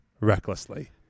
recklessly